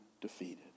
defeated